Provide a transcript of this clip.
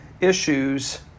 issues